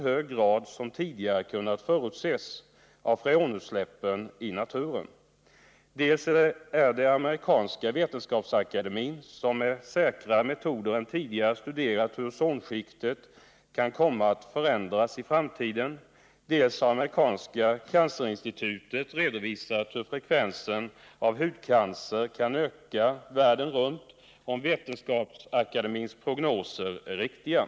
Kan jordbruksministern redovisa konkreta konferensresultat från Oslo och Nairobi angående den fortsatta freonanvändningen? 6. Ärjordbruksministern på förekommen anledning beredd att ta initiativ till en översyn av användningen av giftiga gaser som drivmedel i cigarettändare?